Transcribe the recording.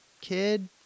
kid